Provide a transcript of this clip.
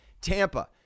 Tampa